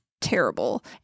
terrible